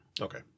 Okay